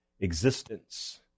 existence